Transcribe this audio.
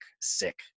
sick